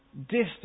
distance